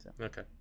Okay